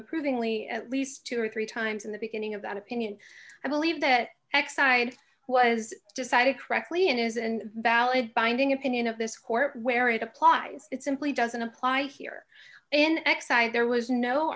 approvingly at least two or three times in the beginning of that opinion i believe that exide was decided correctly and is and valid binding opinion of this court where it applies it simply doesn't apply here in x i i there was no